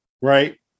Right